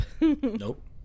Nope